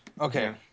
Okay